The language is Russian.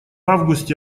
августе